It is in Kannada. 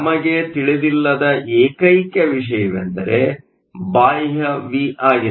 ನಮಗೆ ತಿಳಿದಿಲ್ಲದ ಏಕೈಕ ವಿಷಯವೆಂದರೆ ಬಾಹ್ಯ ವಿ ಆಗಿದೆ